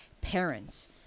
parents